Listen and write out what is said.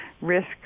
risk